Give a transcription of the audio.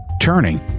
Turning